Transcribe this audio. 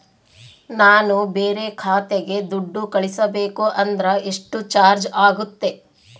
ನಾನು ಬೇರೆ ಖಾತೆಗೆ ದುಡ್ಡು ಕಳಿಸಬೇಕು ಅಂದ್ರ ಎಷ್ಟು ಚಾರ್ಜ್ ಆಗುತ್ತೆ?